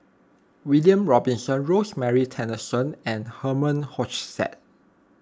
William Robinson Rosemary Tessensohn and Herman Hochstadt